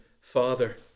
father